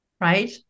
right